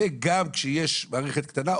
וגם כשיש מערכת קטנה,